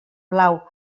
blau